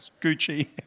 Gucci